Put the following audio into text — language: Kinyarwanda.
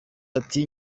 ati